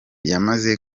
yamaze